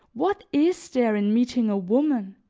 what is there in meeting a woman,